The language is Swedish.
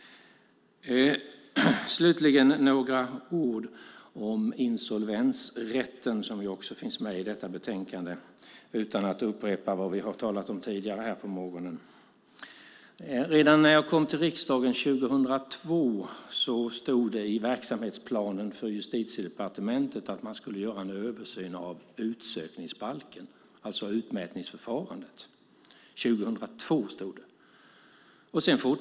Slutligen ska jag säga några ord om insolvensrätten - en fråga som också finns med i betänkandet - dock utan att upprepa vad vi i dag på morgonen här talat om. Redan 2002 när jag kom till riksdagen stod det i verksamhetsplanen för Justitiedepartementet att en översyn skulle göras av utsökningsbalken, av utmätningsförfarandet. Så stod det alltså 2002.